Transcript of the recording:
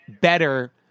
better